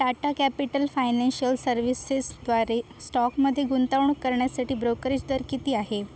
Tata Capital Financial सर्व्हिसेसद्वारे स्टॉकमध्ये गुंतवणूक करण्यासाठी ब्रोकरेज दर किती आहे